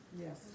Yes